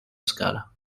scala